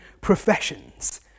professions